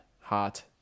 heart